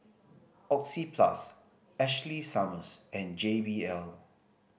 Oxyplus Ashley Summers and J B L